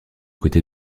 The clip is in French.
côtés